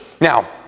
Now